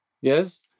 Yes